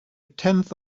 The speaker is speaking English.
tenth